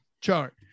chart